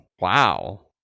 wow